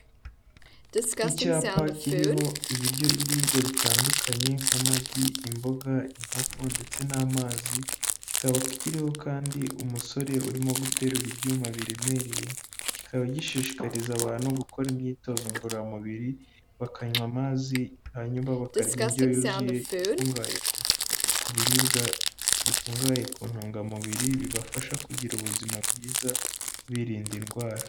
Icyapa kiriho ibiryo biriribwa bitandukanye nk'amagi, imboga, inkoko ndetse n'amazi, kikaba kiriho kandi umusore urimo guterura ibyuma biremereye, kikaba gishishikariza abantu gukora imyitozo ngororamubiri bakanywa amazi hanyuma bakarya indyo yuzuye ikungahaye ku biribwa bikungahaye ku ntungamubiri bibafasha kugira ubuzima bwiza birinda indwara.